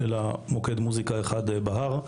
אלא מוקד מוזיקה אחד בהר.